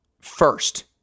first